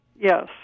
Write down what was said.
Yes